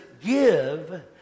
give